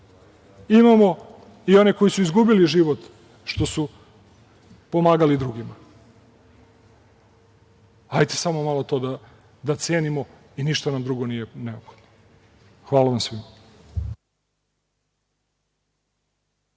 Imamo i one koji su izgubili život što su pomagali drugima. Hajde samo malo to da cenimo i ništa nam drugo nije neophodno. Hvala vam svima.